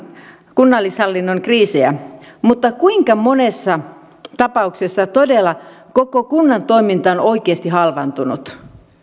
kunnallishallinnon kriisejä mutta kuinka monessa tapauksessa todella koko kunnan toiminta on oikeasti halvaantunut